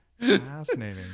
Fascinating